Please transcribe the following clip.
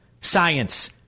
science